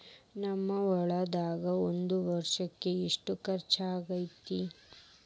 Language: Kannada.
ನಿಮ್ಮ ಹೊಲ್ದಾಗ ಒಂದ್ ವರ್ಷಕ್ಕ ಎಷ್ಟ ಖರ್ಚ್ ಆಕ್ಕೆತಿ?